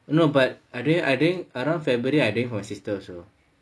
no but I drink I drink around february I drink for my sister also